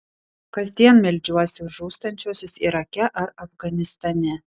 kasdien meldžiuosi už žūstančiuosius irake ar afganistane